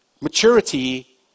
Maturity